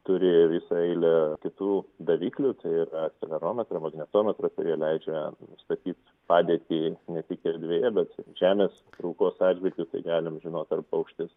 turi jie visą eilę kitų daviklių tai yra akselerometrai magnetometrai kurie leidžia nustatyt padėtį ne tik erdvėje bet ir žemės traukos atžvilgiu tai galim žinot ar paukštis